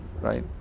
right